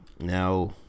Now